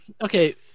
okay